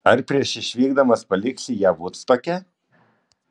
ar prieš išvykdamas paliksi ją vudstoke